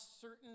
certain